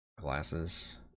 Glasses